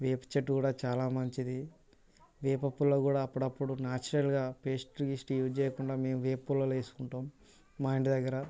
వేప చెట్టు కూడా చాలా మంచిది వేప పుల్ల కూడా అప్పుడప్పుడు నాచురల్గా పేస్టు గీస్ట్ యూజ్ చేయకుండా మేము వేప పుల్లలు వేసుకుంటాము మా ఇంటి దగ్గర